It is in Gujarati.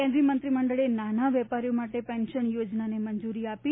કેન્દ્રીય મંત્રી મંડળે નાના વેપારીઓ માટે પેન્શન યોજનાને મંજુરી આપી